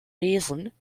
wesen